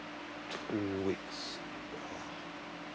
two weeks !wah!